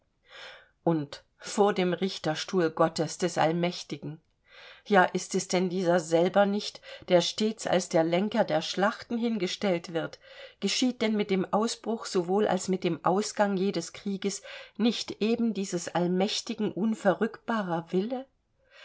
und vor dem richterstuhl gottes des allmächtigen ja ist es denn dieser selber nicht der stets als der lenker der schlachten hingestellt wird geschieht denn mit dem ausbruch sowohl als mit dem ausgang jedes krieges nicht eben dieses allmächtigen unverrückbarer wille